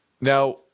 Now